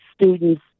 students